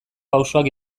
pausoak